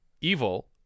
evil